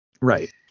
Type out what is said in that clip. Right